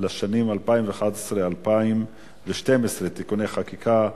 לשנים 2011 ו-2012 (תיקוני חקיקה),